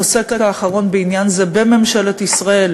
הפוסק האחרון בעניין הזה בממשלת ישראל,